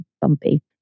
bumpy